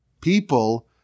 people